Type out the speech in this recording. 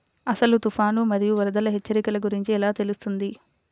అసలు తుఫాను మరియు వరదల హెచ్చరికల గురించి ఎలా తెలుస్తుంది?